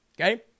Okay